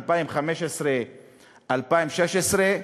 2015 2016,